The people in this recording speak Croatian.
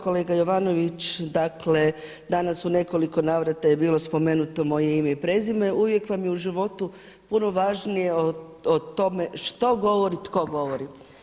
Kolega Jovanović, dakle danas u nekoliko navrata je bilo spomenuto moje ime i prezime, uvijek vam je u životu puno važnije o tome što govori, tko govori.